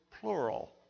plural